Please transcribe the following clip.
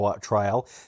trial